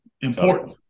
important